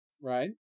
right